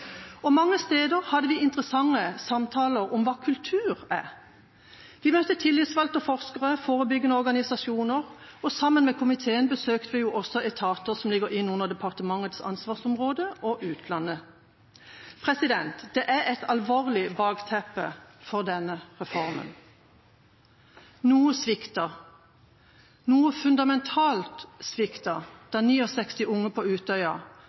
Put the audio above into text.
Og mange steder hadde vi interessante samtaler om hva kultur er. Vi møtte tillitsvalgte, forskere, forebyggende organisasjoner, og sammen med komiteen besøkte vi også etater som ligger inn under departementets ansvarsområder, og utlandet. Det er et alvorlig bakteppe for denne reformen. Noe sviktet. Noe fundamentalt sviktet da 69 unge på Utøya